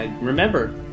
Remember